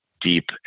deep